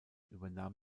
übernahm